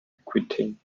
aquitaine